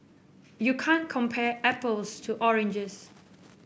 you can't compare apples to oranges